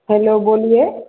hello बोलिए